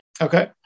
Okay